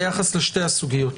ביחס לשתי הסוגיות.